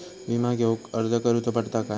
विमा घेउक अर्ज करुचो पडता काय?